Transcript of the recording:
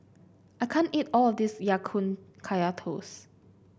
I can't eat all of this Ya Kun Kaya Toast